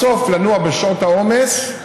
בסוף לנוע בשעות העומס,